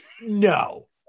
No